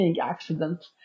accident